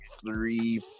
three